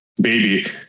baby